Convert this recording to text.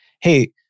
hey